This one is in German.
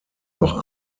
noch